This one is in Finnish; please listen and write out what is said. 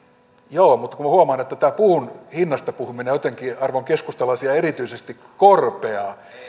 joo mutta minä huomaan että tämä puun hinnasta puhuminen jotenkin arvon keskustalaisia erityisesti korpeaa